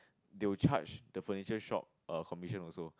they will charge the furniture shop a commission also